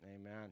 Amen